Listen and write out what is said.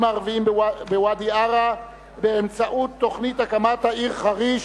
הערביים בוואדי-עארה באמצעות תוכנית הקמת העיר חריש,